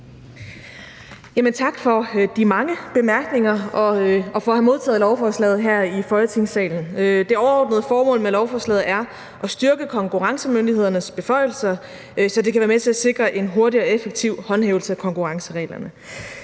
Tak for de mange bemærkninger og for at have modtaget lovforslaget her i Folketingssalen. Det overordnede formål med lovforslaget er at styrke konkurrencemyndighedernes beføjelser, så de kan sikre en hurtig og effektiv håndhævelse af konkurrencereglerne.